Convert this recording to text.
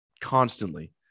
constantly